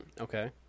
okay